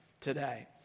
today